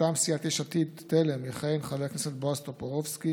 מטעם סיעת יש עתיד-תל"ם יכהן חבר הכנסת בועז טופורובסקי,